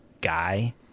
guy